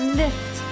lift